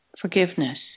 Forgiveness